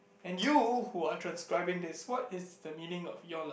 and you who are transcribing this what is the meaning of your life